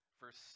Verse